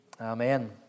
Amen